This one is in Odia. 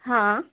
ହଁ